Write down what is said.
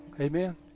Amen